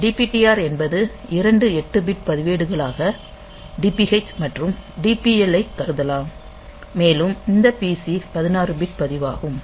DPTR என்பது இரண்டு 8 bit பதிவேடுகளாக DPH மற்றும் DPL ஐக் கருதலாம் மேலும் இந்த PC 16 பிட் பதிவாகும்